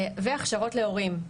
והכשרות להורים.